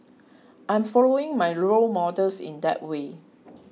I am following my role models in that way